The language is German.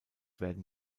werden